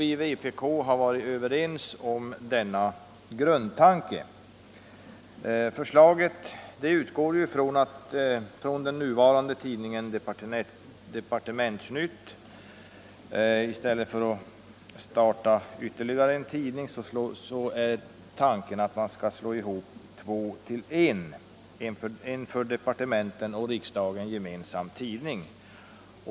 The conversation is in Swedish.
Vi har ursprungligen varit överens om denna grundtanke. Förslaget utgår från den nuvarande tidningen Departementsnytt. I stället för att starta ytterligare en tidning är tanken att man skall utge en för departementen och riksdagen gemensam tidning.